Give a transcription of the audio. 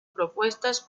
propuestas